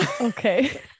Okay